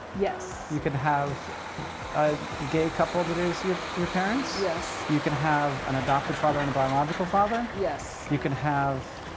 yes. you could have a gay couple that is your your parents. yes. you could have an adopted father and a biological father. yes. you could have